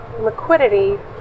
liquidity